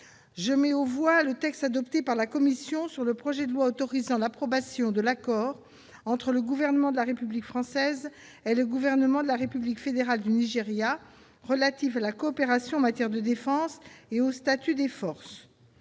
Je mets aux voix le texte adopté par la commission sur le projet de loi autorisant l'approbation de l'accord entre le gouvernement de la République française et le gouvernement de la République fédérale du Nigéria relatif à la coopération en matière de défense et au statut des forces